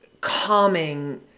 calming